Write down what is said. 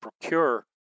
procure